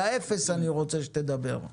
על האפס אני רוצה שתדבר,